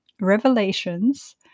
revelations